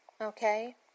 okay